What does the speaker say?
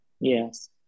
Yes